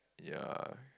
ya